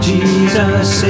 Jesus